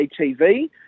TV